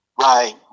Right